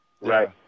Right